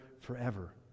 forever